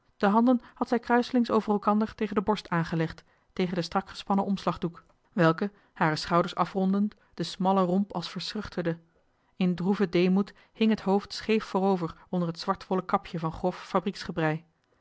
de handen had zij kruiselings over elkander tegen de borst aan gelegd tegen den strakgespannen omslagdoek welke hare schouders afrondend den smallen romp als verschuchterde in droeven deemoed hing het hoofd scheef voorover onder het zwartwollen kapje van